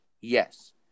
Yes